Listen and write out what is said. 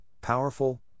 powerful